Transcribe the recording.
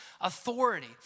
authority